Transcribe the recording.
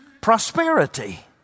prosperity